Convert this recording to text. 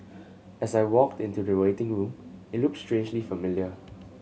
as I walked into the waiting room it looked strangely familiar